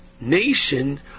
nation